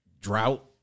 Drought